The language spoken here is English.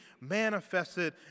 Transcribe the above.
manifested